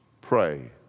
Pray